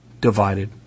divided